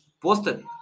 Posted